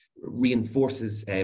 reinforces